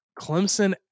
Clemson